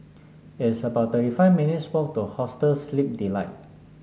it's about thirty five minutes' walk to Hostel Sleep Delight